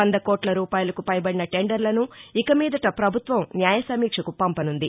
వంద కోట్ల రూపాయలకు పైబడిన టెండర్లను ఇక మీదట ప్రభుత్వం న్యాయసమీక్షకు పంపనుంది